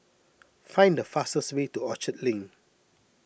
find the fastest way to Orchard Link